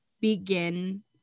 begin